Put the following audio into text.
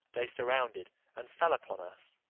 they surrounded and fell upon us